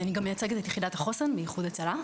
אני גם מייצגת את יחידת החוסן באיחוד הצלה.